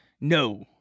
No